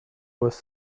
was